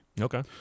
Okay